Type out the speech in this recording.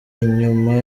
inyuma